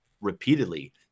repeatedly